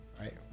right